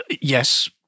yes